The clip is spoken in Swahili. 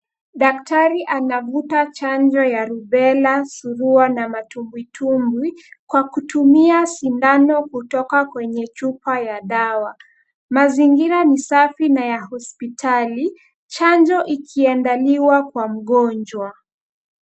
Daktari anavuta chanjo ya rubela, surua na matumbwi tumbwi kwa kutumia sindano kutoka kwenye chupa ya dawa. Mazingira ni safi na ya hospitali, chanjo ikiandaliwa kwa mgonjwa.